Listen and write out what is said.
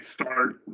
start